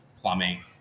plumbing